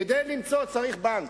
כדי למצוא צריך בנק.